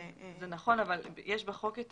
זה נכון, אבל בחוק יש